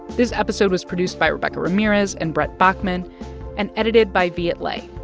this episode was produced by rebecca ramirez and brett baughman and edited by viet le.